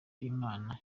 imana